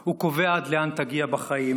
הוא קובע עד לאן תגיע בחיים,